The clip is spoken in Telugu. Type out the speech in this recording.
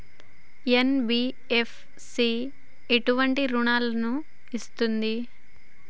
ఎన్.బి.ఎఫ్.సి ఎటువంటి రుణాలను ఇస్తుంది?